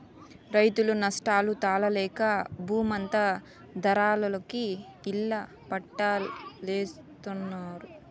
రైతులు నష్టాలు తాళలేక బూమంతా దళారులకి ఇళ్ళ పట్టాల్జేత్తన్నారు